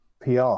PR